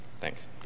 Thanks